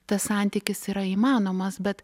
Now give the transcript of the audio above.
tas santykis yra įmanomas bet